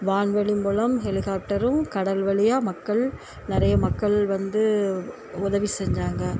வான்வெளி மூலம் ஹெலிகாஃப்ட்டரும் கடல் வழியாக மக்கள் நிறைய மக்கள் வந்து உதவி செஞ்சாங்க